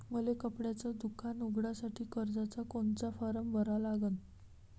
मले कपड्याच दुकान उघडासाठी कर्जाचा कोनचा फारम भरा लागन?